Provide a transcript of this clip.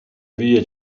vie